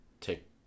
take